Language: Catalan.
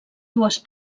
dues